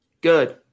good